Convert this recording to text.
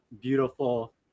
beautiful